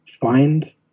find